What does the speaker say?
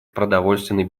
продовольственной